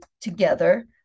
together